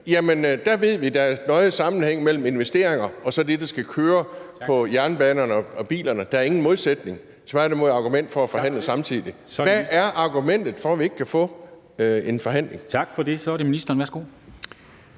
Der ved vi, at der er en nøje sammenhæng mellem investeringer og det, der skal køre på jernbanerne og vejene. Der er ingen modsætning – tværtimod er det et argument for, at forhandlingerne kan foregå samtidig. Hvad er argumentet for, at vi ikke kan få en forhandling? Kl. 10:09 Formanden (Henrik